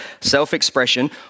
self-expression